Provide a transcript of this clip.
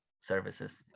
services